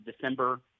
December